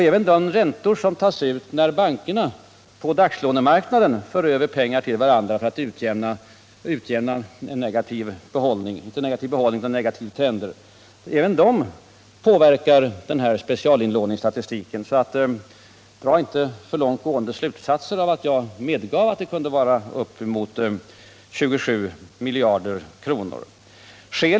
Även de räntor som tas ut när bankerna på dagslånemarknaden för över pengar till varandra för att utjämna negativa trender påverkar specialinlåningsstatistiken. Dra därför inte för långt gående slutsatser av att jag medgav att det kunde gälla uppemot 27 miljarder kronor!